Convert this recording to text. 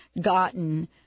gotten